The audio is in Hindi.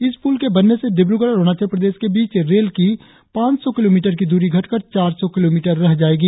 इस पुल के बनने से डिब्रूगढ़ और अरुणाचल प्रदेश के बीच रेल की पाच सौ किलोमीटर की दूरी घटकर चार सौ किलोमीटर रह जाएगी